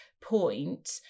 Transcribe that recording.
point